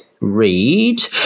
read